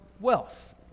wealth